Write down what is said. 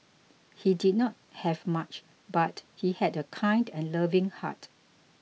he did not have much but he had a kind and loving heart